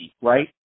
right